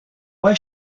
why